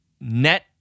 net